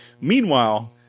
Meanwhile